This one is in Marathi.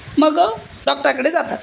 मग डॉक्टरकडे जातात